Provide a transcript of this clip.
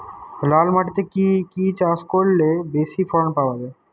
লাল মাটিতে কি কি চাষ করলে বেশি ফলন পাওয়া যায়?